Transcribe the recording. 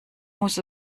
muss